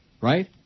Right